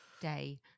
day